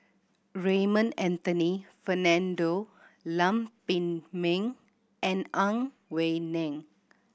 Raymond Anthony Fernando Lam Pin Min and Ang Wei Neng